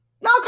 No